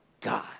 God